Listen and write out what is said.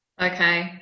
Okay